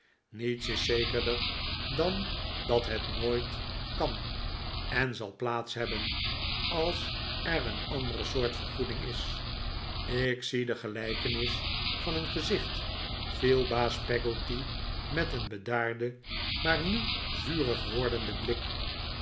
niets is zekerder dan dat het noodt kan en zal plaats hebben als er een andere soort vergoeding is ik zie de gelijkenis van een gezicht viel baas peggotty met een bedaarden maar nu vuriger wordenden blik